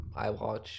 iWatch